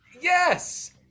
Yes